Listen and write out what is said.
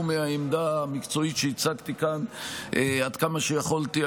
מהעמדה המקצועית שהצגתי כאן בצורה מדויקת עד כמה שיכולתי,